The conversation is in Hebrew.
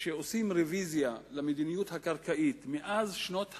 שעושים רוויזיה למדיניות הקרקעית מאז שנות ה-60,